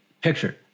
picture